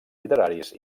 literaris